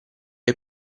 hai